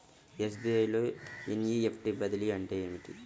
SBI లో NEFT బదిలీ అంటే ఏమిటి?